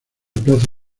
plaza